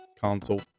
console